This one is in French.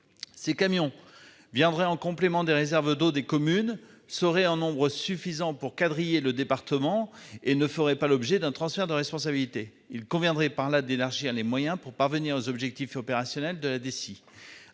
Ces camions viendrait en complément des réserves d'eau des communes seraient en nombre suffisant pour quadriller le département et ne ferait pas l'objet d'un transfert de responsabilités. Il conviendrait par là d'élargir les moyens pour parvenir aux objectifs opérationnels de la DSI